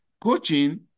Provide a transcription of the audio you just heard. Coaching